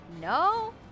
No